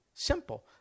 Simple